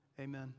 Amen